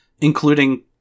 including